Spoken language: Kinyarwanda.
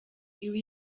ibi